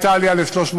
הייתה עלייה ל-309,